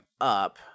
up